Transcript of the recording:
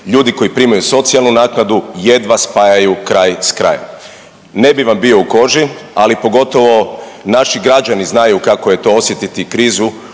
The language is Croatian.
ljudi koji primaju socijalnu naknadu jedva spajaju kraj s krajem. Ne bih vam bio u koži, ali pogotovo naši građani znaju kako je to osjetiti krizu